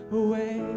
away